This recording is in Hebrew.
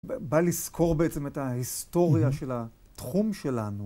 בא לסקור בעצם את ההיסטוריה של התחום שלנו.